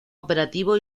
operativo